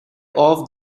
off